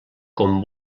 com